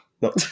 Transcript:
No